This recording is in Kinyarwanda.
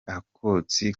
akotsi